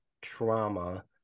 trauma